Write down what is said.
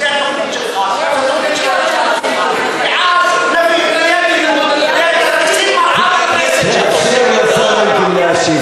זו התוכנית שלך, ואז, תאפשר לשר אלקין להשיב